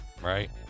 Right